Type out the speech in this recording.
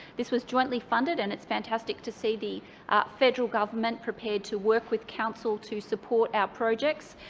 this was jointly funded, and it's fantastic to see the federal government prepared to work with council to support our projects.